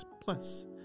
plus